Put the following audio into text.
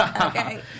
Okay